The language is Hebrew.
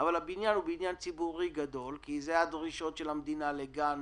אבל הבניין הוא בניין ציבורי גדול כי זה הדרישות של המדינה לגן